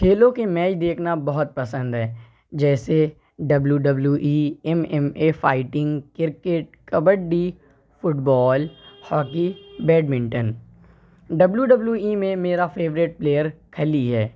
کھیلوں کے میچ دیکھنا بہت پسند ہے جیسے W W E M M A fighting cricket kabaddi football hockey badminton W W E میں میرا فیوریٹ پلیئر کھلی ہے